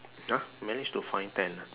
ya managed to find ten